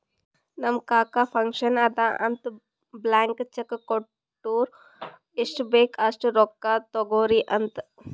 ನಮ್ ಕಾಕಾ ಫಂಕ್ಷನ್ ಅದಾ ಅಂತ್ ಬ್ಲ್ಯಾಂಕ್ ಚೆಕ್ ಕೊಟ್ಟಾರ್ ಎಷ್ಟ್ ಬೇಕ್ ಅಸ್ಟ್ ರೊಕ್ಕಾ ತೊಗೊರಿ ಅಂತ್